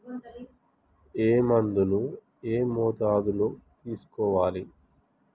ఏ మందును ఏ మోతాదులో తీసుకోవాలి?